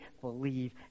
believe